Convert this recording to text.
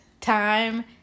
time